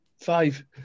five